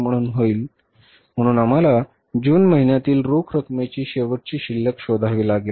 म्हणून आम्हाला जून महिन्यातील रोख रकमेची शेवटची शिल्लक शोधावी लागेल